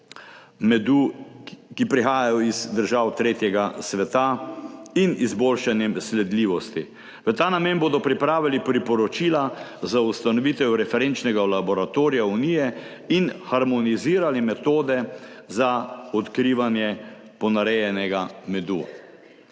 ki prihajajo iz držav tretjega sveta, in izboljšanjem sledljivosti. V ta namen bodo pripravili priporočila za ustanovitev referenčnega laboratorija Unije in harmonizirali metode za odkrivanje ponarejenega medu.